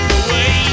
away